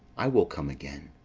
i will come again.